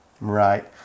Right